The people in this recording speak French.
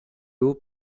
haut